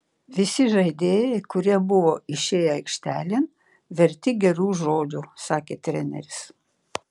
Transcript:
visi žaidėjai kurie buvo išėję aikštelėn verti gerų žodžių sakė treneris